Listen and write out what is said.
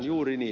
juuri niin